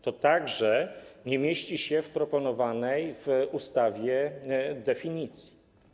To także nie mieści się w proponowanej w ustawie definicji.